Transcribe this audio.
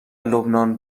لبنان